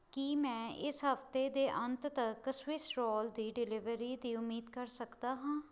ਕੀ ਮੈਂ ਇਸ ਹਫ਼ਤੇ ਦੇ ਅੰਤ ਤੱਕ ਸਵਿਸ ਰੋਲ ਦੀ ਡਿਲੀਵਰੀ ਦੀ ਉਮੀਦ ਕਰ ਸਕਦਾ ਹਾਂ